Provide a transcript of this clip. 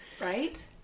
right